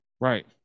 Right